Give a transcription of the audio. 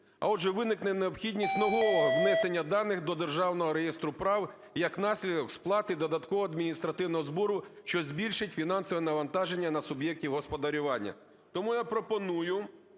а отже, виникне необхідність нового внесення даних до Державного реєстру прав, і як наслідок – сплати додаткового адміністративного збору, що збільшить фінансове навантаження на суб'єктів господарювання. Тому я пропоную